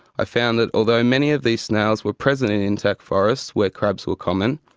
i found that although many of these snails were present in intact forest where crabs were common,